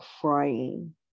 crying